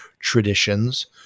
traditions